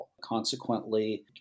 Consequently